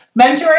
mentoring